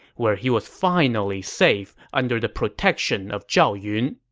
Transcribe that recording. where he was finally safe under the protection of zhao yun.